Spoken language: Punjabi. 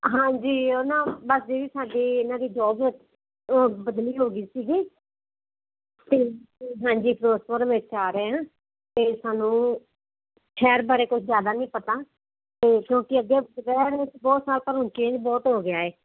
ਹਾਂਜੀ ਉਹ ਨਾ ਬਸ ਦੀਦੀ ਸਾਡੀ ਇਹਨਾਂ ਦੀ ਜੋਬ ਓਹ ਬਦਲੀ ਹੋ ਗਈ ਸੀਗੀ ਅਤੇ ਹਾਂਜੀ ਫ਼ਿਰੋਜ਼ਪੁਰ ਵਿੱਚ ਆ ਰਹੇ ਹਾਂ ਅਤੇ ਸਾਨੂੰ ਸ਼ਹਿਰ ਬਾਰੇ ਕੁਛ ਜ਼ਿਆਦਾ ਨਹੀਂ ਪਤਾ ਅਤੇ ਕਿਉਂਕਿ ਅੱਗੇ ਰਹੇ ਹਾਂ ਬਹੁਤ ਸਾਲ ਪਰ ਹੁਣ ਚੇਂਜ ਬਹੁਤ ਹੋ ਗਿਆ ਹੈ